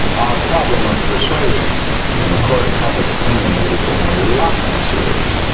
our problem of persuasion in the court of public opinion would've been a lot more serious.